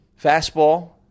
Fastball